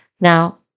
Now